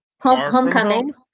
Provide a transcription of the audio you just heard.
Homecoming